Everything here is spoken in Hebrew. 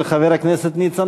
הצעה